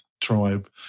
tribe